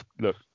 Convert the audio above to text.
look